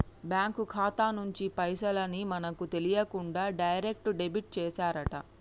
bank ఖాతా నుంచి పైసల్ ని మనకు తెలియకుండా డైరెక్ట్ డెబిట్ చేశారట